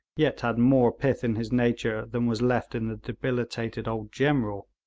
yet had more pith in his nature than was left in the debilitated old general.